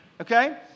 Okay